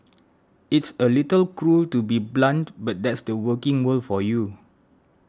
it's a little cruel to be so blunt but that's the working world for you